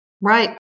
Right